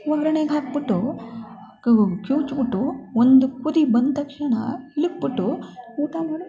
ಒರಣೆಗೆ ಹಾಕ್ಬಿಟ್ಟು ಕಿವುಚ್ಬಿಟ್ಟು ಒಂದು ಕುದಿ ಬಂದ ತಕ್ಷಣ ಇಳುಕಿ ಬಿಟ್ಟು ಊಟ ಮಾಡು